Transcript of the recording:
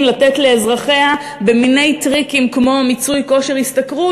לתת לאזרחיה במיני טריקים כמו מיצוי כושר השתכרות,